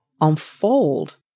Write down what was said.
unfold